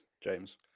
James